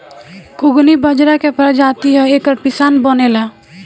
कुगनी बजरा के प्रजाति ह एकर पिसान बनेला